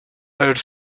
elle